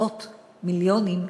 מאות מיליונים,